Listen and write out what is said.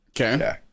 Okay